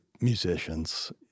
musicians